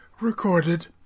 recorded